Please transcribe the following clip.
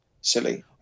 silly